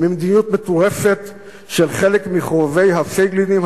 ממדיניות מטורפת של חלק מחובבי הפייגלינים,